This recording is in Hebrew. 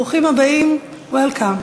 ברוכים הבאים, Welcome.